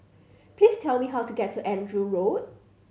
please tell me how to get to Andrew Road